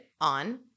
On